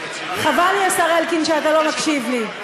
חבל לי, השר אלקין, שאתה לא מקשיב לי.